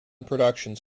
productions